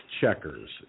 checkers